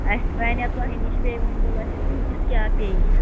اَسہِ بَنیٛاہ تۄہہِ نِش بیٚیہِ ؤنۍتَو اَسہِ کۭتِس کیٛاہ پیٚیہِ